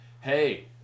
hey